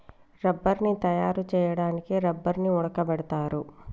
రబ్బర్ని తయారు చేయడానికి రబ్బర్ని ఉడకబెడతారు